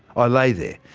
i lay there,